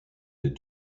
des